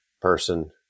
person